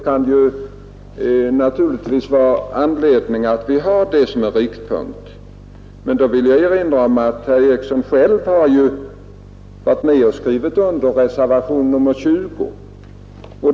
Vi bör naturligtvis ha detta som en riktpunkt, men jag vill erinra om ått herr Eriksson själv skrivit under reservationen 20.